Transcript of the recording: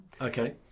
Okay